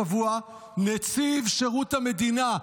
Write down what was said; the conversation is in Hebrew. השבוע: נציב שירות המדינה,